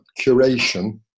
curation